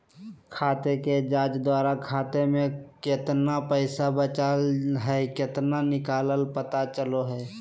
खाते के जांच द्वारा खाता में केतना पैसा बचल हइ केतना निकलय पता चलो हइ